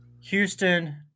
Houston